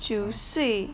九岁